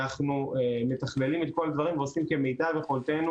אנחנו מתכללים את כל הדברים ועושים כמיטב יכולתנו